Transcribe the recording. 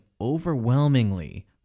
overwhelmingly